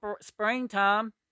springtime